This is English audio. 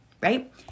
right